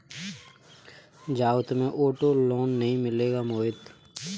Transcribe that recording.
जाओ, तुम्हें auto loan नहीं मिलेगा मोहित